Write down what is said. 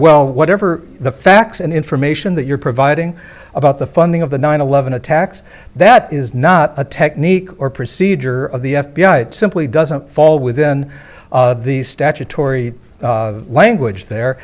well whatever the facts and information that you're providing about the funding of the nine eleven attacks that is not a technique or procedure of the f b i it simply doesn't fall within the statutory language there